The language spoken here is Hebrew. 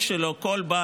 זו ההתמחות שלו.